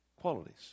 qualities